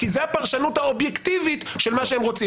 כי זו הפרשנות האובייקטיבית של מה שהם רוצים.